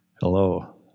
Hello